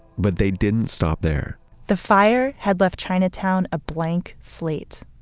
but they didn't stop there the fire had left chinatown a blank slate.